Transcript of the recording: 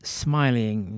smiling